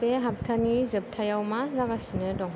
बे हाप्ताननि जोबथायाव मा जागासिनो दं